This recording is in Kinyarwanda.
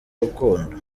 rukundo